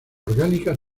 orgánica